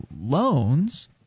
loans